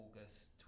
August